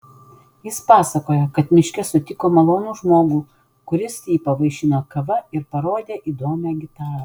jis pasakojo kad miške sutiko malonų žmogų kuris jį pavaišino kava ir parodė įdomią gitarą